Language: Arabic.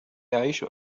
يعيش